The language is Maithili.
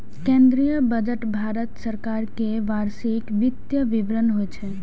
केंद्रीय बजट भारत सरकार के वार्षिक वित्तीय विवरण होइ छै